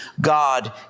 God